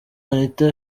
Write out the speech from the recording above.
anita